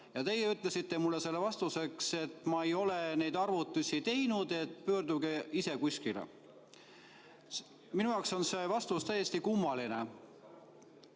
Teie ütlesite mulle selle peale vastuseks, et te ei ole neid arvutusi teinud, pöördugu ma ise kuskile. Minu jaoks on see vastus täiesti kummaline.